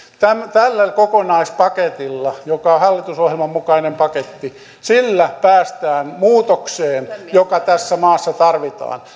tällä kokonaispaketilla joka on hallitusohjelman mukainen paketti päästään muutokseen joka tässä maassa tarvitaan